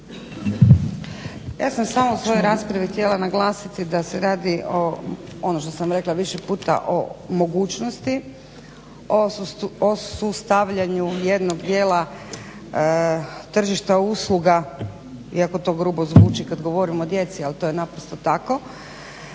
Ja sam samo u svojoj raspravi htjela naglasiti da se radi o ono što sam rekla više puta, o mogućnosti, o sustavljanju jednog dijela tržišta usluga iako to grubo zvuči kad govorim o djeci ali to je naprosto tako